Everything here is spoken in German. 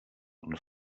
und